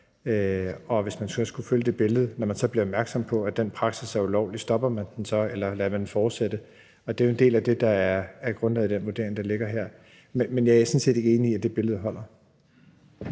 Og hvis man skulle følge det billede i forhold til at blive opmærksom på, at den praksis er ulovlig, stopper man den så, eller lader man den fortsætte? Og det er jo en del af det, der er grundlaget i den vurdering, der ligger her. Men jeg er sådan set ikke enig i, at det billede holder.